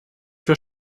für